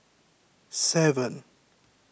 seven